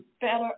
better